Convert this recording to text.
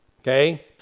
Okay